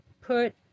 Put